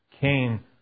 came